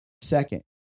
Second